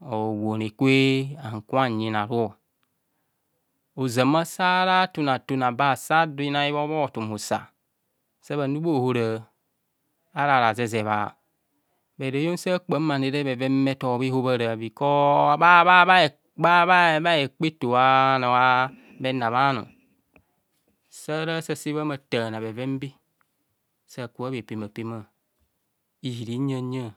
howoone kwe hankubho nyina aru. Ozama sa- ara athun a thim abasasọdọ inabbhobho ọthumusa. Sa bhanu bha ohora ara. Razezebha but heyong sa kpaam bheven bhe tob bhevaana beco bha bha bha bha hekpa ato a henabhe anoọ sa ara asese bho ma thaana be bheven sa bhe era hameme. Hiri nyong oho nyana.